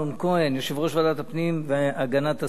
יושב-ראש ועדת הפנים והגנת הסביבה.